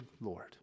Lord